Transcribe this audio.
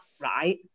right